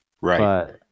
Right